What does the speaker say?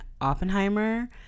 Oppenheimer